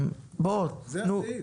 בוא --- זה הסעיף.